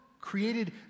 created